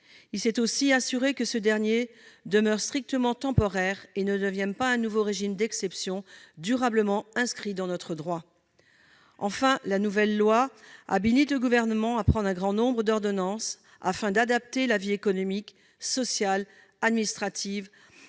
Il s'est aussi assuré que ce dernier demeure strictement temporaire et ne devienne pas un nouveau régime d'exception durablement inscrit dans notre droit. Ensuite, la nouvelle loi habilitera le Gouvernement à prendre un grand nombre d'ordonnances afin d'adapter la vie économique, sociale et administrative